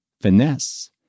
finesse